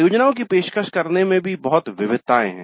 परियोजनाओं की पेशकश करने में भी बहुत विविधताए है